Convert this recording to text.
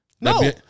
No